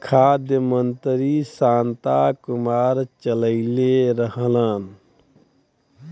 खाद्य मंत्री शांता कुमार चललइले रहलन